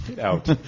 Out